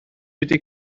wedi